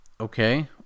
okay